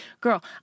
Girl